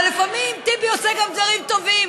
אבל לפעמים טיבי עושה גם דברים טובים